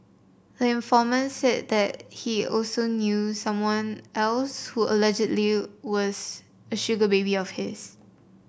the informant said he also knew someone else who allegedly was a sugar baby of his